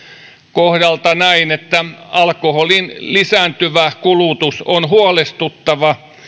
kohdalla niin että alkoholin lisääntyvä kulutus on huolestuttava